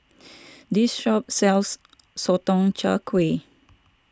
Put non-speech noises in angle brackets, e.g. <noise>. <noise> this shop sells Sotong Char Kway